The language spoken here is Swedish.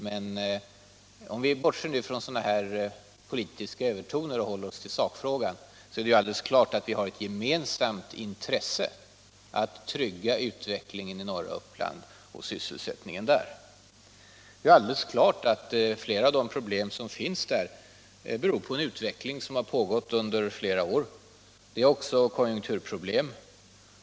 Men om vi bortser från sådana politiska övertoner och håller oss till sakfrågan, är det klart att vi har ett gemensamt intresse att trygga utvecklingen och sysselsättningen i norra Uppland. Det är alldeles klart att flera av de problem som finns där beror på en utveckling som pågått under flera år. Där finns också konjunkturproblem.